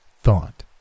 thought